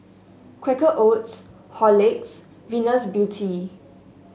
Quaker Oats Horlicks Venus Beauty